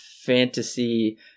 fantasy